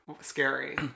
Scary